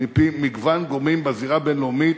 מפי מגוון גורמים בזירה הבין-לאומית,